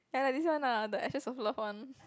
!aiya! this one ah the ashes of love one